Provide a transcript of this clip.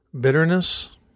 bitterness